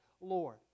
Lord